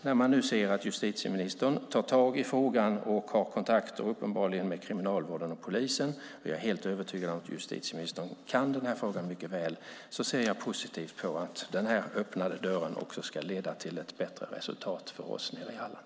När jag nu ser att justitieministern tar tag i frågan och uppenbarligen har kontakter med Kriminalvården och polisen - och jag är helt övertygad om att justitieministern kan den här frågan mycket väl - ser jag positivt på att den här öppnade dörren också ska leda till ett bättre resultat för oss nere i Halland.